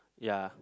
ya